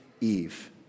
Eve